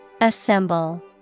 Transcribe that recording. Assemble